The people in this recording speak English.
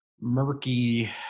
murky